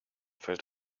fällt